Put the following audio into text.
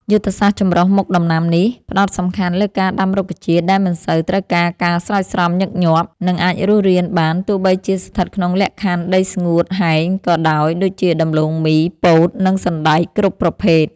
យុទ្ធសាស្ត្រចម្រុះមុខដំណាំនេះ ផ្តោតសំខាន់លើការដាំរុក្ខជាតិដែលមិនសូវត្រូវការការស្រោចស្រពញឹកញាប់ និងអាចរស់រានបានទោះបីជាស្ថិតក្នុងលក្ខខណ្ឌដីស្ងួតហែងក៏ដោយ ដូចជា ដំឡូងមី ពោត និងសណ្តែកគ្រប់ប្រភេទ។